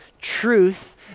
truth